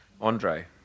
Andre